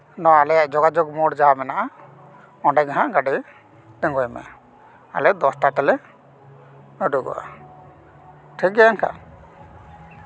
ᱱᱚᱣᱟ ᱟᱞᱮᱭᱟᱜ ᱡᱳᱜᱟᱡᱳᱜᱽ ᱢᱳᱲ ᱡᱟᱦᱟᱸ ᱢᱮᱱᱟᱜᱼᱟ ᱚᱸᱰᱮ ᱜᱮᱦᱟᱜ ᱜᱟᱹᱰᱤ ᱛᱤᱜᱩᱭ ᱢᱮ ᱟᱞᱮ ᱫᱚᱥᱴᱟ ᱛᱮᱞᱮ ᱩᱰᱩᱠᱚᱜᱼᱟ ᱴᱷᱤᱠ ᱜᱮᱭᱟ ᱤᱱᱠᱟ